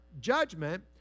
judgment